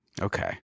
Okay